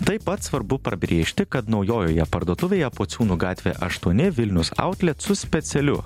taip pat svarbu pabrėžti kad naujojoje parduotuvėje pociūnų gatvė aštuoni vilnius autlet su specialiu